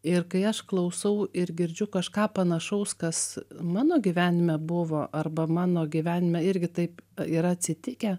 ir kai aš klausau ir girdžiu kažką panašaus kas mano gyvenime buvo arba mano gyvenime irgi taip yra atsitikę